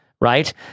right